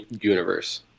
universe